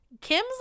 Kim's